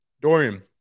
Dorian